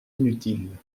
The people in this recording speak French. inutiles